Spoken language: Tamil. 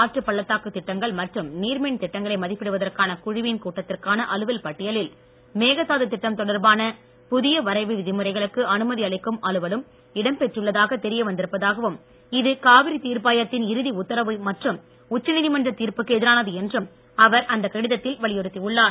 ஆற்றுப் பள்ளதாக்கு திட்டங்கள் மற்றும் நீர் மின் திட்டங்களை மதிப்பிடுவதற்கான குழுவின் கூட்டத்திற்கான அலுவல் பட்டியலில் மேகதாது திட்டம் தொடர்பான புதிய வரைவு விதிமுறைகளுக்கு அனுமதி அளிக்கும் அலுவலும் இடம் பெற்றுள்ளதாக தெரியவந்திருப்பதாகவும் இது காவிரித் தீர்ப்பாயத்தின் இறுதி உத்தரவு மற்றும் உச்சநீதிமன்ற தீர்ப்புக்கு எதிரானது என்றும் அவர் அந்த கடிதத்தில் வலியுறுத்தியுள்ளார்